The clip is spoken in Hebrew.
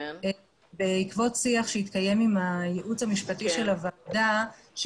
בעקבות שיח שהתקיים עם הייעוץ המשפטי של הוועדה,